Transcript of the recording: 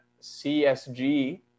CSG